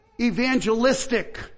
evangelistic